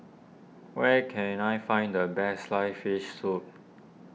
where can I find the Best Sliced Fish Soup